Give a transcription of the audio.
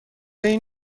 این